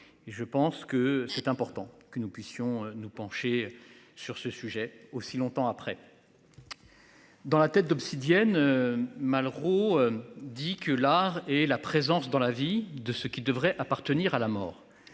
je pense que c'est important que nous puissions nous pencher sur ce sujet aussi longtemps après. Dans la tête d'Obsidienne. Malraux dit que l'art et la présence dans la vie de ce qui devrait appartenir à la mort.